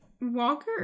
walker